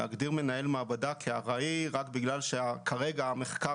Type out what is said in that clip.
להגדיר מנהל מעבדה כארעי רק בגלל שכרגע המחקר